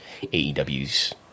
AEW's